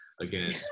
again